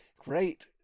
Great